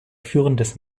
führendes